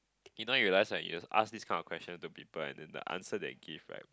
you know you realise right you ask this kind of question to people and the answer they give right